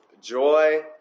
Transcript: joy